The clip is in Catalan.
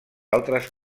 altres